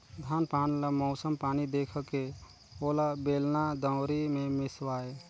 धान पान ल मउसम पानी देखके ओला बेलना, दउंरी मे मिसवाए